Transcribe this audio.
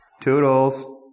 Toodles